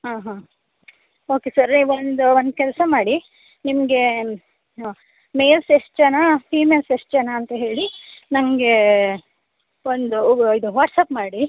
ಹಾಂ ಹಾಂ okay sir ಒಂದು ಒಂದು ಕೆಲಸ ಮಾಡಿ ನಿಮಗೆ ಹಾಂ ಮೇಲ್ಸ್ ಎಷ್ಟು ಜನ ಫಿಮೆಲ್ಸ್ ಎಷ್ಟು ಜನ ಅಂತ ಹೇಳಿ ನನ್ಗೆ ಒಂದು ಇದು ವಾಟ್ಸ್ಅಪ್ ಮಾಡಿ